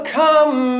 come